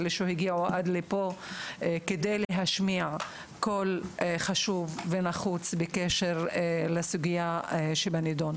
על שהגעתם לפה כדי להשמיע קול חשוב ונחוץ בסוגיה הנדונה.